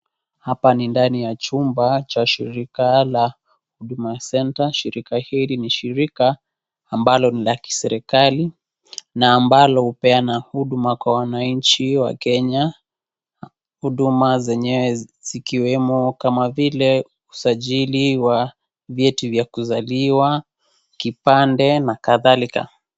Hapa ni ndani ya chumba cha shirika la huduma center shirika hili ni shirika ambalo ni la kiserikali na ambalo hupeana huduma kwa wananchi wakenya huduma zenyewe zikiwemo kama vile usajili wa vyeti vya kusaliwa kipande na kadhalika.